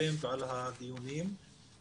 שערכתם ועל הדיונים שקיימתם.